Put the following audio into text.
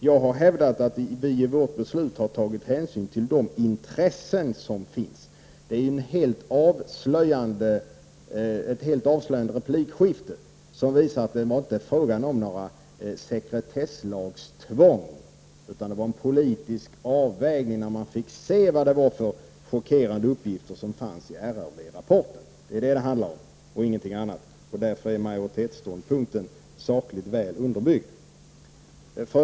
Jag har hävdat att vi i vårt beslut har tagit hänsyn till de intressen som finns.” Det är ett helt avslöjande replikskifte, som visar att det inte var fråga om något sekretesslagstvång, utan en politisk avvägning efter det att man fått se de chockerande uppgifterna i RRV-rapporten. Det är vad det handlar om och ingenting annat. Därför är majoritetsståndpunkten sakligt och väl underbyggd.